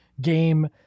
game